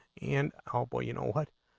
and hopefully you know what